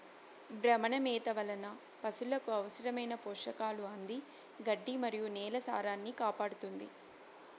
భ్రమణ మేత వలన పసులకు అవసరమైన పోషకాలు అంది గడ్డి మరియు నేల సారాన్నికాపాడుతుంది